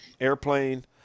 airplane